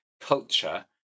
culture